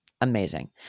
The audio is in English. amazing